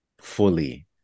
fully